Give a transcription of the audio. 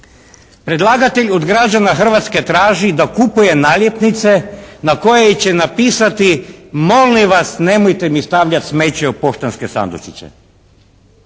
Predlagatelj od građana Hrvatske traži da kupuje naljepnice na koje će napisati molim vas nemojte mi stavljati smeće u poštanske sandučiće.